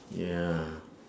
ya